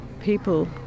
people